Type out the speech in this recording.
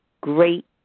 great